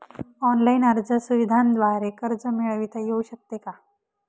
Online अर्ज सुविधांद्वारे कर्ज मिळविता येऊ शकते का?